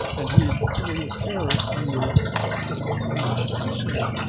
and he had put a little ah caret under just before that and said,